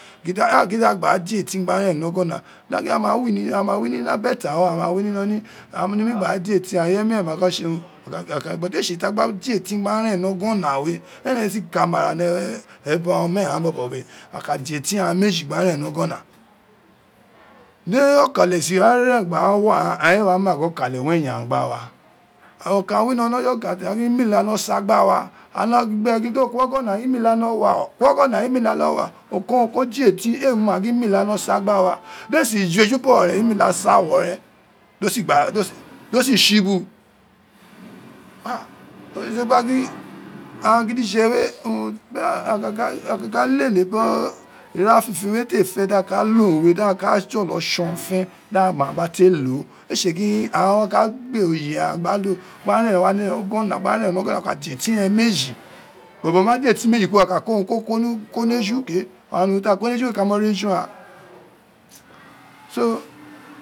A gin da gba di etin gba ren ni ogona aghan ma wini abete aghan or yagha ma wini iloli aghan nemi gba di etin ghan, ireye miren ma fe tse urun a ka éé tse ta gba din etin gba ren yi ọgona we eren owun e si kama ra wè, e ebura omeghan bobo we ugha ka din etin agha meji gba ren ni ọgona di ọkale di éé si a re gba a wọ aghan aghan éé wa ma gin okali wi eyin aghan gba wa, okai wino ni ọfọ okan a gin imila wino gba sa gba wa, a no gin gbe gin do kini ọgọna imila no lo a kuri ọgọna wa ba no wa, o ko urun ko te ni etin éé ma gin imila wino sa gba wa, déé si ju eju nu gbo ren ini la sa wọ i ren, dọ si do si tsibu owin re tse demi gba gin aghan gidi fé se aghan ka ka lele biri ira fifein te fi di a ka lo urun we daghan ka jọlọ tson fe daghan ma biri a te ho éé tse gin aghan wa ka kpe oye aghan gba ren gba ren ni ogona wọ ka din etin re meji bọbọ ma don etin meji kuro aghan ka ko urun ko in eju ke and unon ta ko ni eju, wéé ka mọ ni eju aghan so